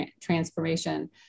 transformation